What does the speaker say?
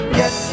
yes